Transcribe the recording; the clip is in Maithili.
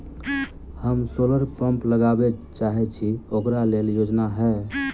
हम सोलर पम्प लगाबै चाहय छी ओकरा लेल योजना हय?